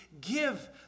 give